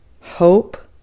hope